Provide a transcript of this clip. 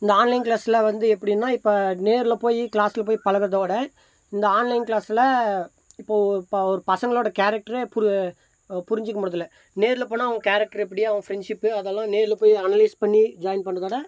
இந்த ஆன்லைன் கிளாஸ்சில் வந்து எப்படின்னா இப்போ நேரில் போய் கிளாஸ்சில் போய் பழகிறதோட இந்த ஆன்லைன் கிளாஸ்சில் இப்போது ஒரு ஒரு பசங்களோட கேரக்டரே புரு புரிஞ்சுக்க முடிகிறதில்ல நேரில் போனால் அவங்க கேரக்டர் எப்படி அவங்க ஃப்ரெண்ட்ஷிப்பு அதெலாம் நேரில் போய் அனலைஸ் பண்ணி ஜாயின் பண்ணுறதோட